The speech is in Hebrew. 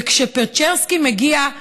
וכשפצ'רסקי מגיע,